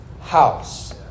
house